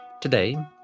Today